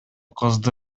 кызды